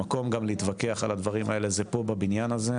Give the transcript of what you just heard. המקום גם להתווכח על הדברים האלה זה פה בבניין הזה.